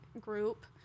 group